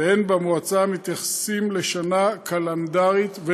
והן במועצה מתייחסים לשנה קלנדרית,